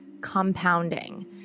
compounding